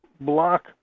block